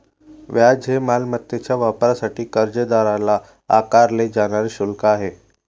व्याज हे मालमत्तेच्या वापरासाठी कर्जदाराला आकारले जाणारे शुल्क आहे